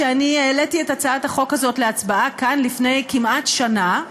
שאני העליתי את הצעת החוק הזאת להצבעה כאן לפני כמעט שנה,